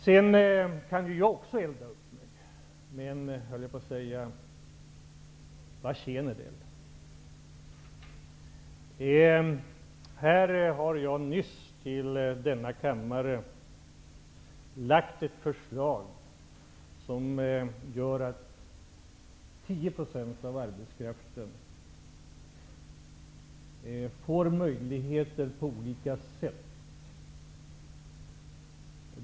Jag kan också elda upp mig, men vad tjänar det till. Jag har nyss inför denna kammare lagt fram ett förslag som innebär att 10 % av arbetskraften får möjligheter på olika sätt.